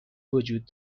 وجود